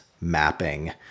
mapping